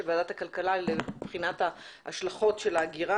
ועדת הכלכלה לבחינת ההשלכות של ההגירה,